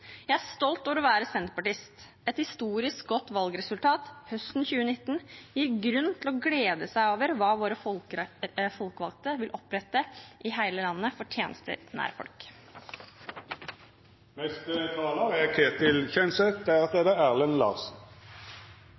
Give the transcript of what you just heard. Jeg er stolt over å være senterpartist. Et historisk godt valgresultat høsten 2019 gir grunn til å glede seg over hva våre folkevalgte vil utrette i hele landet når det gjelder tjenester nær folk. Energinasjonen Norge hører jeg at vi alle er